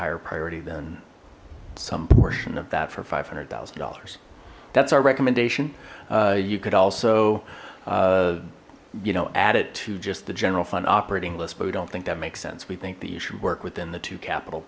higher priority than some portion of that for five hundred thousand dollars that's our recommendation you could also you know add it to just the general fund operating list but we don't think that makes sense we think that you should work within the two capital